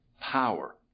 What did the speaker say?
power